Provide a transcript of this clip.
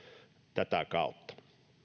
tätä kautta